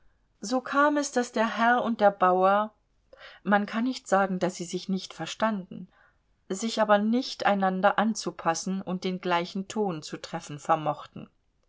so kam es daß der herr und der bauer man kann nicht sagen daß sie sich nicht verstanden sich aber nicht einander anzupassen und den gleichen ton zu treffen vermochten